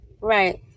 right